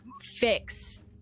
fix